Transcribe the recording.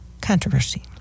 controversy